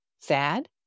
Sad